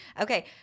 Okay